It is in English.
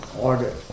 order